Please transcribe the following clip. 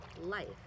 life